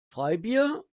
freibier